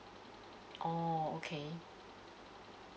oh okay